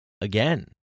again